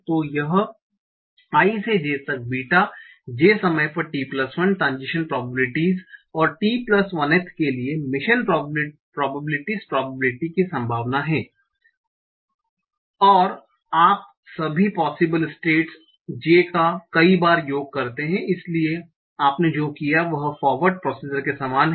तो यह i से j तक बीटा j समय पर t1 ट्रांजीशन प्रोबेबिलिटीस और t1th के लिए मिशन प्रोबेबिलिटीस प्रोबेबिलिटी की संभावना है और आप सभी पॉसिबल स्टेट्स j का कई बार योग करते हैं इसलिए आपने जो किया वह फॉरवर्ड प्रोसीजर के समान है